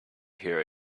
here